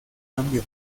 cambió